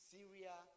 Syria